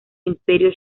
imperio